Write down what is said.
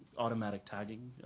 automatic tagging